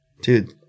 Dude